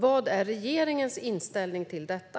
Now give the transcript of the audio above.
Vad är regeringens inställning till detta?